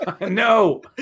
No